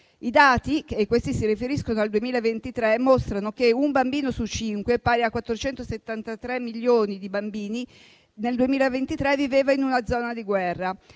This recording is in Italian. I dati (si riferiscono al 2023) mostrano che un bambino su cinque (pari a 473 milioni) nel 2023 viveva in una zona di guerra;